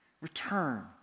Return